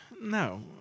No